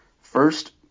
first